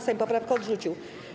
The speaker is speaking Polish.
Sejm poprawkę odrzucił.